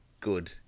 good